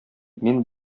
мин